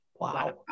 Wow